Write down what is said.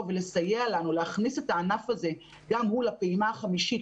ולסייע לנו להכניס את הענף הזה גם לפעימה החמישית,